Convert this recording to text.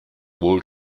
wohl